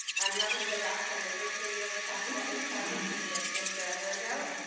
i'm not gonna go back from the first day we ever talked about this project because that's been forever ago.